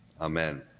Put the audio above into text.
amen